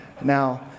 Now